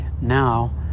now